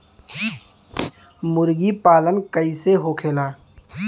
मुर्गी पालन कैसे होखेला?